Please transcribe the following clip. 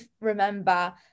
remember